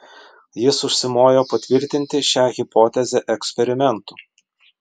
jis užsimojo patvirtinti šią hipotezę eksperimentu